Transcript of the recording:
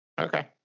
Okay